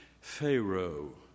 Pharaoh